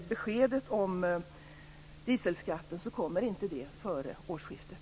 Beskedet om dieselskatten kommer inte före årsskiftet.